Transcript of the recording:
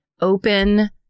open